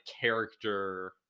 character